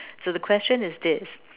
so the question is this